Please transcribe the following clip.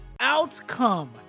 outcome